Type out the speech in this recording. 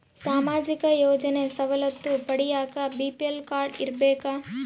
ಸಾಮಾಜಿಕ ಯೋಜನೆ ಸವಲತ್ತು ಪಡಿಯಾಕ ಬಿ.ಪಿ.ಎಲ್ ಕಾಡ್೯ ಇರಬೇಕಾ?